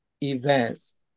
events